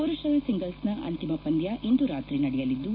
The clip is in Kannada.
ಪುರುಷರ ಸಿಂಗಲ್ಲಿನ ಅಂತಿಮ ಪಂದ್ಯ ಇಂದು ರಾತ್ರಿ ನಡೆಯಲಿದ್ದು